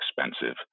expensive